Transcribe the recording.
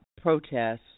protests